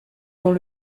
dans